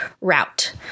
route